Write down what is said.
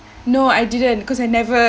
no I didn't cause I never